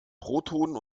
protonen